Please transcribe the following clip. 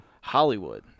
Hollywood